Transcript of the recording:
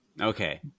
okay